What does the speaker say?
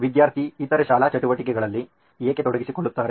ವಿದ್ಯಾರ್ಥಿ ಇತರೆ ಶಾಲಾ ಚಟುವಟಿಕೆಗಳಲ್ಲಿ ಏಕೆ ತೊಡಗಿಸಿಕೊಳ್ಳುತ್ತಾರೆ